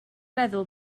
meddwl